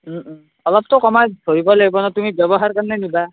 অলপতো কমাই ধৰিব লাগিব তুমি ব্যৱহাৰ কাৰণে নিবা